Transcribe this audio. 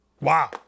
Wow